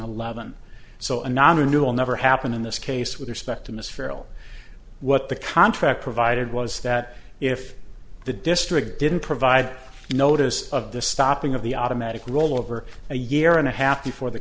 eleven so anon and new all never happened in this case with respect to miss farrel what the contract provided was that if the district didn't provide notice of the stopping of the automatic roll over a year and a half before the